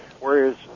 Whereas